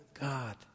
God